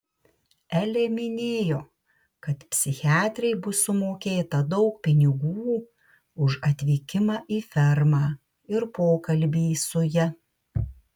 elė minėjo kad psichiatrei bus sumokėta daug pinigų už atvykimą į fermą ir pokalbį su ja